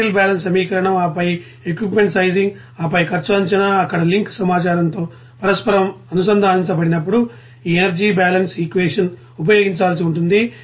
material balance సమీకరణం ఆపై equipment sizing ఆపై ఖర్చు అంచనా అక్కడ లింక్ సమాచారంతో పరస్పరం అనుసంధానించబడినప్పుడు ఈ ఎనర్జీ బాలన్స్ఈక్వేషన్ ఉపయోగించాల్సివుంటుంది